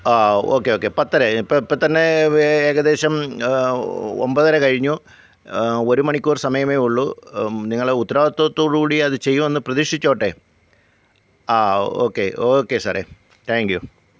ആ okay okay പത്തരയായി ഇപ്പോൾ ഇപ്പോൾത്തന്നെ ഏകദേശം ഒമ്പതര കഴിഞ്ഞു ഒരു മണിക്കൂര് സമയമേ ഉള്ളൂ നിങ്ങൾ ഉത്തരവാദിത്ത്വത്തോടുകൂടി അത് ചെയ്യുമെന്ന് പ്രതീക്ഷിച്ചോട്ടെ ആ ഓക്കെ ഓക്കെ സാറേ ടേങ്ക് യു